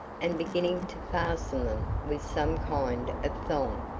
and beginning to fasten them with some kind of thong.